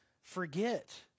forget